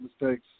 mistakes